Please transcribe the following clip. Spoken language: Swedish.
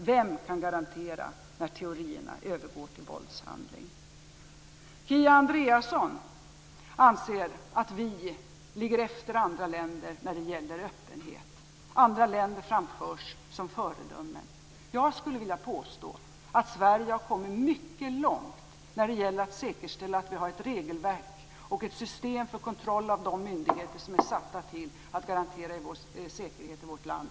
Vem kan garantera när teorierna övergår till våldshandling? Kia Andreasson anser att vi ligger efter andra länder när det gäller öppenhet. Andra länder framställs som föredömen. Jag skulle vilja påstå att Sverige har kommit mycket långt när det gäller att säkerställa ett regelverk och ett system för kontroll av de myndigheter som är satta att garantera vår säkerhet och vårt land.